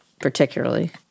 particularly